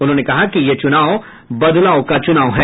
उन्होंने कहा कि ये चुनाव बदलाव का चुनाव है